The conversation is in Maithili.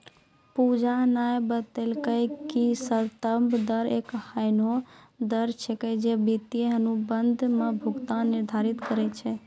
पूजा न बतेलकै कि संदर्भ दर एक एहनो दर छेकियै जे वित्तीय अनुबंध म भुगतान निर्धारित करय छै